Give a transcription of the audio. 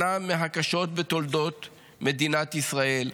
שנה מהקשות בתולדות מדינת ישראל,